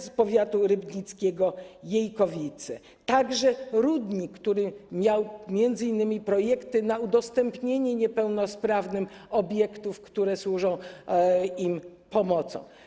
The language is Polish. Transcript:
Z powiatu rybnickiego Jejkowice, a także Rudnik, który miał m.in. projekty na udostępnienie niepełnosprawnym obiektów, które służą im pomocą.